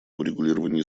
урегулировании